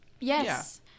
yes